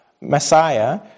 Messiah